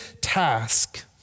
task